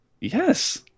Yes